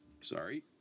Sorry